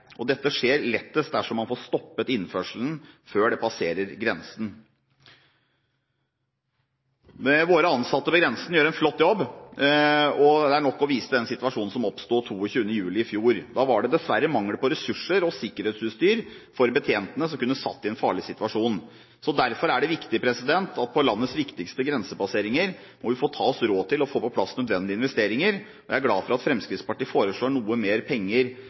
Dette skjer lettest dersom man får stoppet innførselen ved grensen. De ansatte ved grensen gjør en flott jobb. Det er nok å vise til den situasjonen som oppsto 22. juli i fjor. Da var det dessverre mangel på ressurser og sikkerhetsutstyr hos betjentene, noe som kunne ha satt dem i en farlig situasjon. Derfor er det viktig at vi ved landets viktigste grensepasseringer tar oss råd til å få på plass nødvendige investeringer. Jeg er glad for at Fremskrittspartiet foreslår noe mer penger